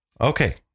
Okay